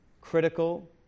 critical